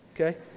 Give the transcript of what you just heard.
okay